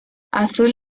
azul